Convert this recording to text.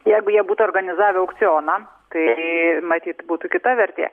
jeigu jie būtų organizavę aukcioną tai matyt būtų kita vertė